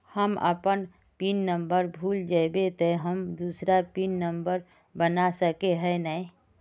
हम अपन pin number भूल जयबे ते हम दूसरा पिन नंबर बना सके है नय?